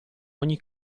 ogni